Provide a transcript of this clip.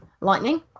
lightning